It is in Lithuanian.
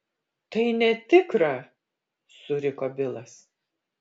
tai netikra suriko bilas